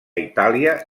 itàlia